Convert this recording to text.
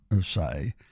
say